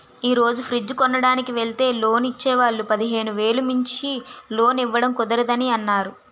ఈ రోజు ఫ్రిడ్జ్ కొనడానికి వెల్తే లోన్ ఇచ్చే వాళ్ళు పదిహేను వేలు మించి లోన్ ఇవ్వడం కుదరదని అన్నారు